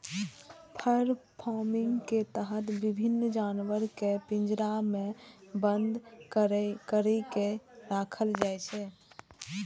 फर farming के तहत विभिन्न जानवर कें पिंजरा मे बन्न करि के राखल जाइ छै